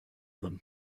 them